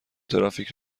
ترافیک